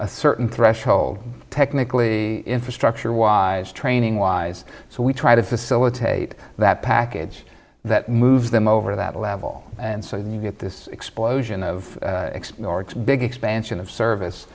a certain threshold technically infrastructure wise training wise so we try to facilitate that package that moves them over that level and so you get this explosion of big expansion of service